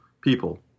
people